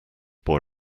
boy